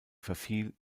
verfiel